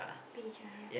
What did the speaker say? beca yeah